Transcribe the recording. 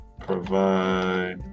Provide